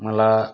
मला